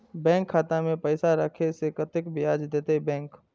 Bank खाता में पैसा राखे से कतेक ब्याज देते बैंक?